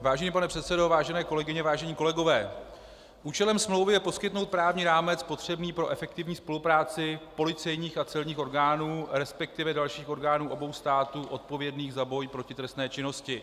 Vážený pane předsedo, vážené kolegyně, vážení kolegové, účelem smlouvy je poskytnout právní rámec potřebný pro efektivní spolupráci policejních a celních orgánů, resp. dalších orgánů obou států odpovědných za boj proti trestné činnosti.